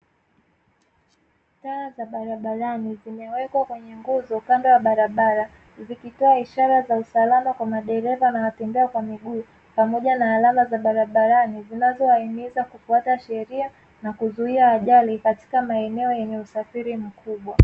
Taa za barabarani, zimewekwa kwenye nguzo kando ya barabara, zikitoa ishara za usalama kwa madereva na watembea kwa miguu pamoja na alama za barabarani zinazowahimiza kufuata sheria na kuzuia ajali katika maeneo yenye usafiri mkubwa.